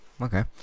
Okay